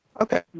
Okay